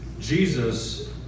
Jesus